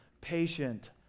patient